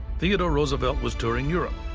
theodore roosevelt was touring europe.